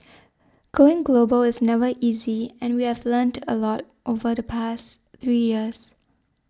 going global is never easy and we have learned a lot over the past three years